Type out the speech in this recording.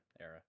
era